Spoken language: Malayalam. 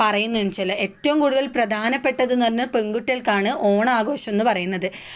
പറയുന്നത് എന്നുവെച്ചാൽ ഏറ്റവും കൂടുതൽ പ്രധാനപ്പെട്ടത് എന്ന് പറഞ്ഞാൽ പെൺകുട്ടികൾക്കാണ് ഓണാഘോഷം എന്ന് പറയുന്നത്